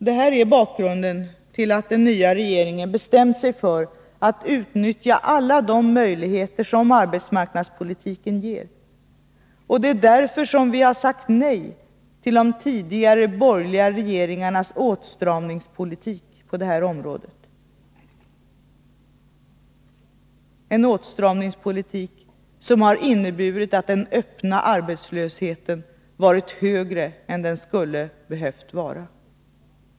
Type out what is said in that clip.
Detta är bakgrunden till att den nya regeringen bestämt sig för att utnyttja alla de möjligheter som arbetsmarknadspolitiken ger. Det är därför som vi har sagt nej till de tidigare borgerliga regeringarnas åtstramningspolitik på det här området, en åtstramningspolitik som har inneburit att den öppna arbetslösheten varit högre än den skulle behövt vara.